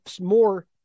more